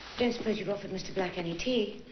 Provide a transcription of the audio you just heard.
don't suppose you've offered mr. black any tea.